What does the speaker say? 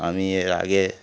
আমি এর আগে